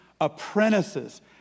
apprentices